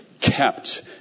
kept